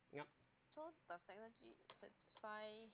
yup